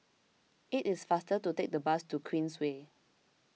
it is faster to take the bus to Queensway